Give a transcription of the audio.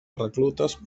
reclutes